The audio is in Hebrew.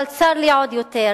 אבל צר לי עוד יותר